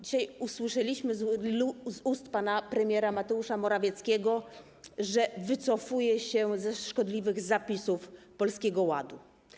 Dzisiaj usłyszeliśmy z ust pana premiera Mateusza Morawieckiego, że wycofuje się ze szkodliwych zapisów Polskiego Ładu.